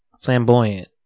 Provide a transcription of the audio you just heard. flamboyant